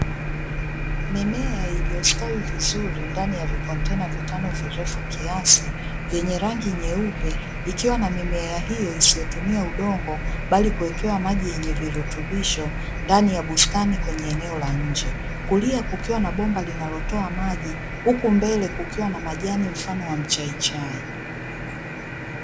Mimea iliyostawi vizuri ndani ya vikontaina vitano virefu kiasi vyenye rangi nyeupe ikiwa na mimea hiyo isiyo tumia udongo bali kuwekewa maji yenye virutubisho ndani ya bustani kwenye eneo la nje, kulia kukiwa na bomba linalotoa maji huku mbele kukiwa na majani mfano wa mchaichai.